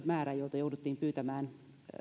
määrä jolta jouduttiin pyytämään